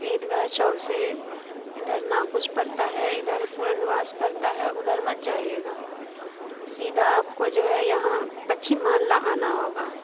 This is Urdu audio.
عیدگاہ چوک سے ادھر ناکچ پڑتا ہے ادھر پرنواس پڑتا ہے ادھر مت جائیے گا سیدھا آپ کو جو ہے یہاں پچھم محلہ آنا ہوگا